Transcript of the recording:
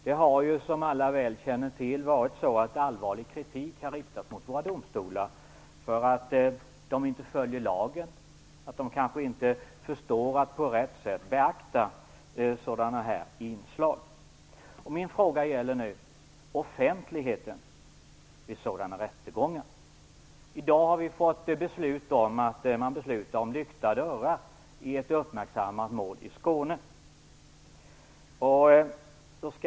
Det har, som alla väl känner till, riktats allvarlig kritik mot våra domstolar för att de inte följer lagen och kanske inte förstår att på rätt sätt beakta sådana här inslag. Min fråga gäller offentligheten vid sådana här rättegångar. Vi har i dag fått besked om att man beslutat om lyckta dörrar i ett uppmärksammat mål i Skåne.